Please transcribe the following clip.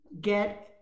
get